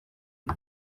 y’u